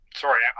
Sorry